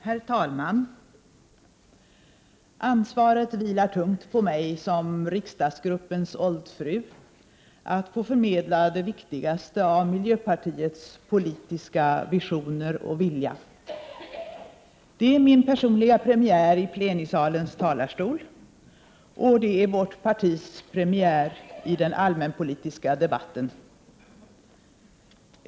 Herr talman! Ansvaret vilar tungt på mig att som riksdagsgruppens oldfru få förmedla det viktigaste av miljöpartiets politiska visioner och vilja. Det är min personliga premiär i plenisalens talarstol och det är vårt partis premiär i den allmänpolitiska debatten.